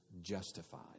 justified